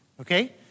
Okay